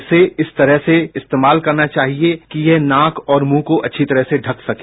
इसे इस तरह से काटा जाना चाहिए कि यह नाक और मुंह को अच्छी तरह से ढक सके